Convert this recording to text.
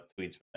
tweets